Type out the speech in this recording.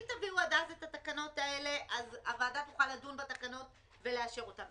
אם תביאו עד אז את התקנות האלה אז הוועדה תוכל לדון בתקנות ולאשר אותן,